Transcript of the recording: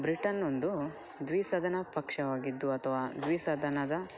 Britain ಒಂದು ದ್ವಿ ಸದನ ಪಕ್ಷವಾಗಿದ್ದು ಅಥವಾ ದ್ವಿಸದನದ